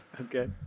Okay